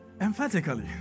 emphatically